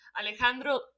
Alejandro